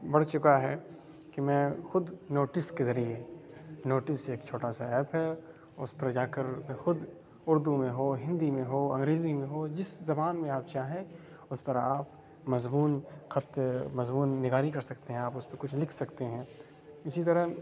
بڑھ چکا ہے کہ میں خود نوٹس کے ذریعے نوٹس ایک چھوٹا سا ایپ ہے اس پر جا کر میں خود اردو میں ہو ہندی میں ہو انگریزی میں ہو جس زبان میں آپ چاہیں اس پر آپ مضمون خط مضمون نگاری کر سکتے ہیں آپ اس پہ کچھ لکھ سکتے ہیں اسی طرح